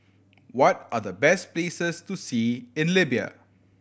what are the best places to see in Libya